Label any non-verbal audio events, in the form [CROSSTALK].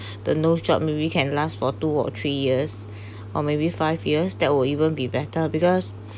the nose job maybe can last for two or three years [BREATH] or maybe five years that would even be better because